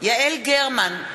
יעל גרמן,